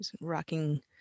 rocking